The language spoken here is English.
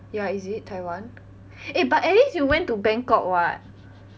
ya is it taiwan eh but at least you went to bangkok [what]